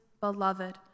beloved